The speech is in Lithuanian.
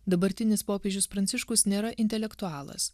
dabartinis popiežius pranciškus nėra intelektualas